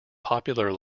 popular